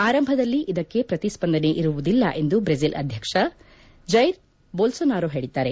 ಆರಂಭದಲ್ಲಿ ಇದಕ್ಕೆ ಪ್ರತಿಸ್ಪಂದನೆ ಇರುವುದಿಲ್ಲ ಎಂದು ಬ್ರೆಜಿಲ್ ಅಧ್ಯಕ್ಷ ಜೈರ್ ಬೋಲ್ಲೋನಾರೋ ಹೇಳಿದ್ದಾರೆ